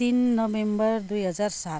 तिन नोभेम्बर दुई हजार सात